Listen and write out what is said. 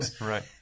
right